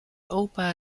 opa